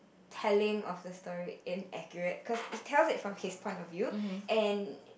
telling of the story inaccurate cause he tells it from his point of view and